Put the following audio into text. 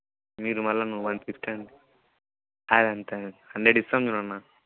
మీరు మళ్ళా one fifty అంటే అదంతా కాదు హండ్రెడ్ ఇస్తాం చూడన్న